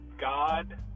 God